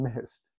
missed